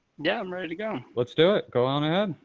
yeah, i'm ready to go. let's do it. go on ahead.